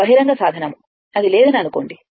ఇది బహిరంగ సాధనం అది లేదని అనుకోండి